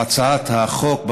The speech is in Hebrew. או הצעת החוק,